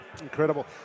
Incredible